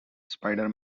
spider